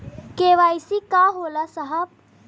KYC का होला साहब?